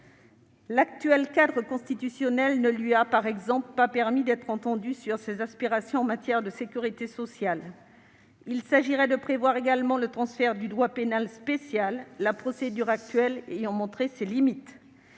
L'actuel cadre constitutionnel ne lui a, par exemple, pas permis d'être entendue sur ses aspirations en matière de sécurité sociale. Il s'agirait également de prévoir le transfert du droit pénal spécial, la procédure actuelle ayant montré ses limites.